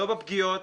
לא בפגיעות,